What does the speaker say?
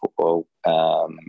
football